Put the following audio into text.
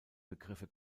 begriffe